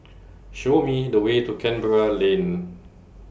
Show Me The Way to Canberra Lane